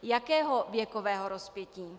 Jakého věkového rozpětí?